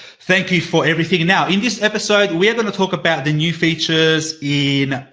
thank you for everything. now in this episode, we are going to talk about the new features in,